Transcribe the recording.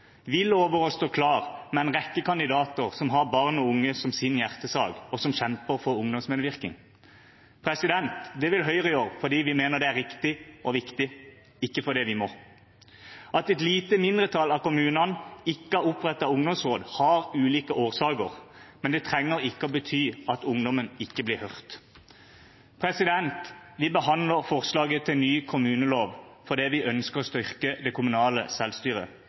vil det også være i neste valgperiode. Vi lover å stå klar med en rekke kandidater som har barn og unge som sin hjertesak, og som kjemper for ungdomsmedvirkning. Det vil Høyre gjøre fordi vi mener det riktig og viktig, ikke fordi vi må. At et lite mindretall av kommunene ikke har opprettet ungdomsråd, har ulike årsaker, men det trenger ikke å bety at ungdommen ikke blir hørt. Vi behandler forslaget til ny kommunelov fordi vi ønsker å styrke det kommunale selvstyret.